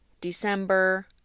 December